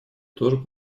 тоже